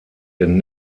den